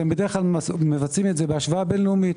אתם בדרך כלל מבצעים את זה בהשוואה בין לאומית.